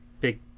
Big